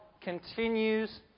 continues